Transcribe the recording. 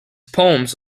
poems